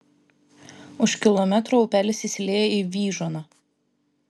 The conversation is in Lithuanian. už kilometro upelis įsilieja į vyžuoną